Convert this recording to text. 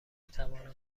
توانم